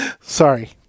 Sorry